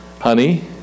honey